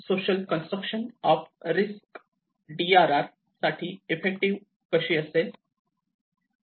social construction of risk D R R साठी effective कशी असेल